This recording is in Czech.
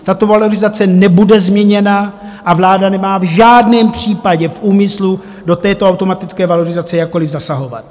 Tato valorizace nebude změněna a vláda nemá v žádném případě v úmyslu do této automatické valorizace jakkoli zasahovat.